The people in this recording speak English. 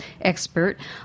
expert